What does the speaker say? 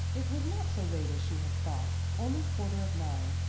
it was not so late as she had thought, only quarter of nine.